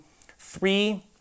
three